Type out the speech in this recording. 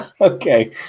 Okay